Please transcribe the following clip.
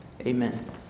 Amen